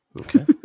Okay